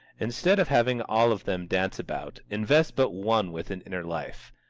instead of having all of them dance about, invest but one with an inner life.